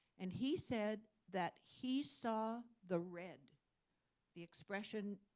and he said that he saw the red the expression,